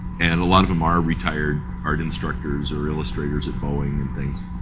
and a lot of them are retired art instructors or illustrators at boeing and things.